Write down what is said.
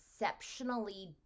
exceptionally